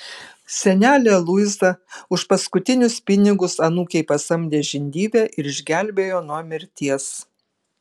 senelė luiza už paskutinius pinigus anūkei pasamdė žindyvę ir išgelbėjo nuo mirties